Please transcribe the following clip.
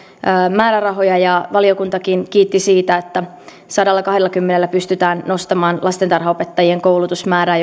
määrärahoja ja valiokuntakin kiitti siitä että sadallakahdellakymmenellä pystytään nostamaan lastentarhaopettajien koulutusmäärää